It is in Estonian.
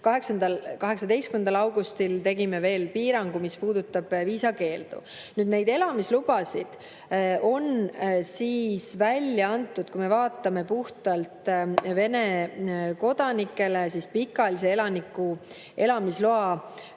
18. augustil tegime veel piirangu, mis puudutab viisakeeldu. Neid elamislubasid on välja antud, kui me vaatame Vene kodanikele pikaajalise elaniku elamisloa